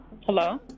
Hello